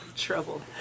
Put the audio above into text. trouble